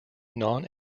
non